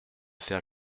faire